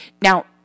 Now